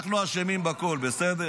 בגללכם --- אנחנו אשמים בכול, בסדר?